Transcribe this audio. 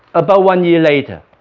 about one year later